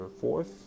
fourth